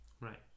Right